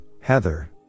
Heather